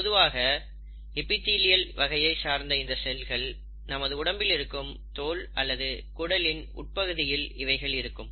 பொதுவாக ஏபிதிலியல் வகையை சார்ந்த இந்த செல்கள் நமது உடம்பில் இருக்கும் தோல் அல்லது குடலின் உட்பகுதியில் இவைகள் இருக்கும்